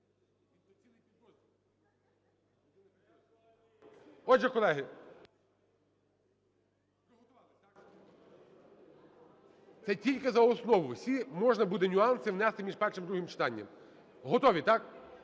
Отже, колеги, це тільки за основу. Всі можна буде нюанси внести між першим і другим читанням. Готові, так?